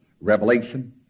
Revelation